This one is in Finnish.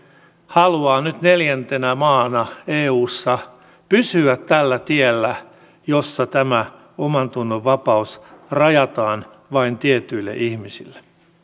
haluaa nyt neljäntenä maana eussa pysyä tällä tiellä jossa tämä omantunnonvapaus rajataan vain tietyille ihmisille